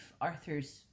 Arthur's